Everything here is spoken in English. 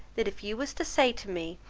that if you was to say to me,